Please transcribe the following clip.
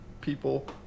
people